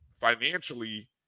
financially